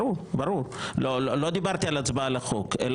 לא דיברתי על הצבעה על החוק.